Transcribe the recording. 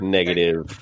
Negative